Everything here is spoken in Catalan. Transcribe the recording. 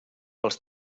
pels